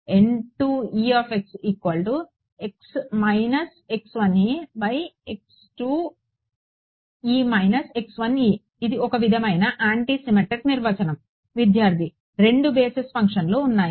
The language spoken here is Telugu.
N2e x x1e x2e x1e ఇది ఒక విధమైన యాంటీ సిమెట్రిక్ నిర్వచనం విద్యార్థి రెండు బేసిస్ ఫంక్షన్లు ఉన్నాయి